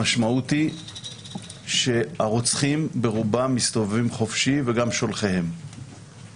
המשמעות היא שהרוצחים ברובם מסתובבים חופשי וגם שולחיהם.